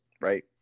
right